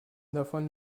davon